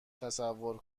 تصور